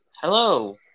Hello